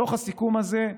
בתוך הסיכום הזה,